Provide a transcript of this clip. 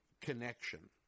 connection